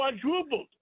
quadrupled